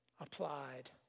applied